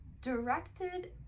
directed